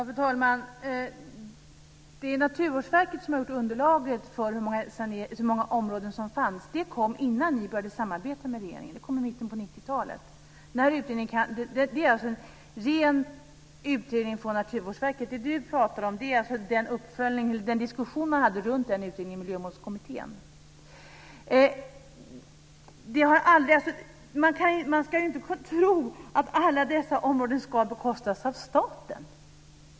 Fru talman! Det är Naturvårdsverket som har gjort underlaget för hur många områden som fanns. Det kom innan ni började samarbeta med regeringen. Det kom i mitten på 90-talet. Det är alltså en utredning från Naturvårdsverket. Det Eskil Erlandsson pratar om är den diskussion som man hade runt den utredningen i Miljömålskommittén. Man ska inte tro att alla dessa områden ska bekostas av staten.